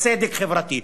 צדק חברתי.